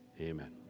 amen